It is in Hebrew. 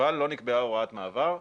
אבל לא נקבעה הוראת מעבר,